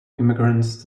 immigrants